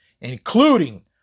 including